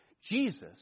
Jesus